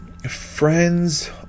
friends